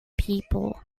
people